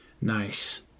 Nice